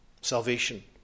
Salvation